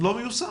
לא מיושם.